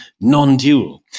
non-dual